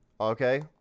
Okay